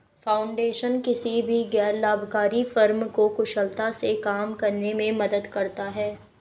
foundation किसी भी गैर लाभकारी फर्म को कुशलता से काम करने में मदद करता हैं